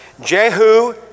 Jehu